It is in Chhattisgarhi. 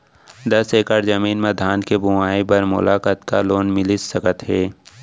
दस एकड़ जमीन मा धान के बुआई बर मोला कतका लोन मिलिस सकत हे?